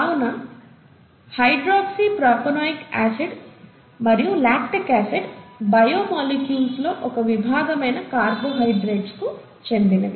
కావున hydroxypropanoic acid మరియు lactic acid bio molecules లో ఒక విభాగమైన కార్బోహైడ్రేట్స్ కు చెందినవి